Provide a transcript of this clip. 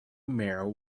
mare